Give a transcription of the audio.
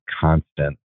constant